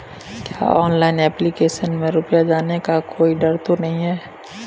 क्या online application में रुपया जाने का कोई डर तो नही है?